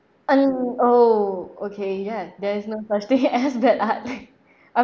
um oh okay yeah there is no such thing as bad art um